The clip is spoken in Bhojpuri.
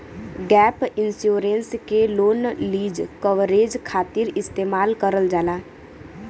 गैप इंश्योरेंस के लोन लीज कवरेज खातिर इस्तेमाल करल जाला